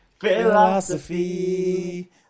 Philosophy